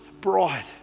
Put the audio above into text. bride